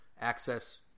access